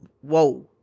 Whoa